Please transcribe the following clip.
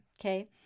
Okay